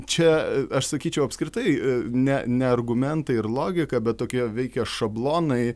čia aš sakyčiau apskritai ne ne argumentai ir logika bet tokie veikia šablonai